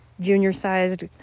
junior-sized